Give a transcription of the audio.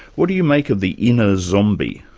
what do you make of the inner zombie?